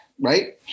right